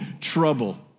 trouble